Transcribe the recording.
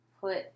put